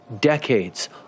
decades